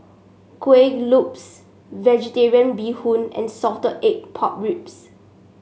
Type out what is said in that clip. Kueh Lopes vegetarian Bee Hoon and Salted Egg Pork Ribs